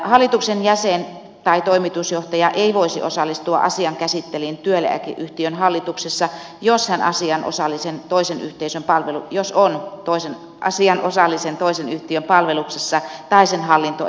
hallituksen jäsen tai toimitusjohtaja ei voisi osallistua asian käsittelyyn työeläkeyhtiön hallituksessa jos sen asian osallisen toisen yhteisen palvelu hän on asiaan osallisen toisen yhtiön palveluksessa tai hallintoelimen jäsenenä